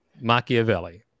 Machiavelli